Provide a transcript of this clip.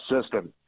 system